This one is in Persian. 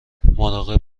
مراقب